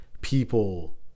people